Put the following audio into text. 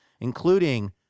including